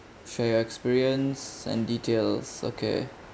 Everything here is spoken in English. share your experience and details okay